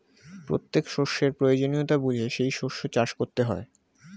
প্রত্যেক শস্যের প্রয়োজনীয়তা বুঝে সেই শস্য চাষ করতে হয়